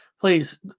please